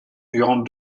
durant